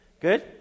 Good